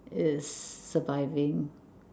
is surviving